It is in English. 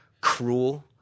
cruel